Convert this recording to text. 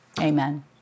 Amen